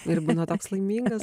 ir būna toks laimingas